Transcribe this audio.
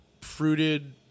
fruited